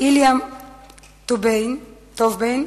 אלי טובבין,